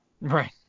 Right